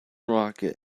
rocket